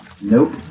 Nope